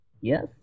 Yes